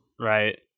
right